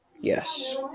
Yes